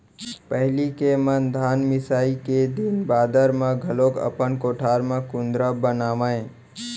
पहिली के मन धान मिसाई के दिन बादर म घलौक अपन कोठार म कुंदरा बनावयँ